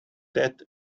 that